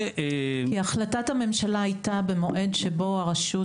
כי החלטת הממשלה הייתה במועד שבו הרשות